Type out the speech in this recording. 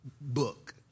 book